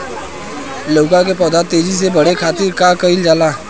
लउका के पौधा के तेजी से बढ़े खातीर का कइल जाला?